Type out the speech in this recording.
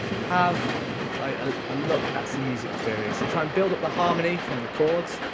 have a look at some music theory. so try and build up the harmony from the chords,